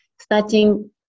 starting